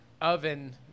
oven